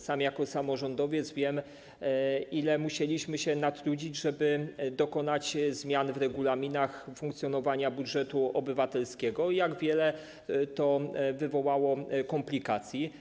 Sam jako samorządowiec wiem, ile musieliśmy się natrudzić, żeby dokonać zmian w regulaminach funkcjonowania budżetu obywatelskiego i jak wiele to wywołało komplikacji.